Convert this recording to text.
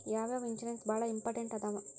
ಯಾವ್ಯಾವ ಇನ್ಶೂರೆನ್ಸ್ ಬಾಳ ಇಂಪಾರ್ಟೆಂಟ್ ಅದಾವ?